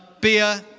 beer